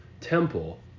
temple